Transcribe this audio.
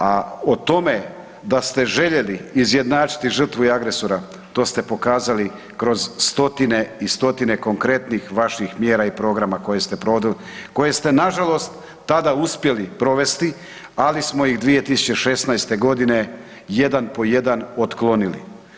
A o tome da ste željeli izjednačiti žrtvu i agresora to ste pokazali kroz stotine i stotine konkretnih vaših mjera i programa koje ste provodili, koje ste nažalost tada uspjeli provesti ali smo ih 2016. godine jedan po jedan otklonili.